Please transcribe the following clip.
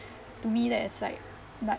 to me that is like like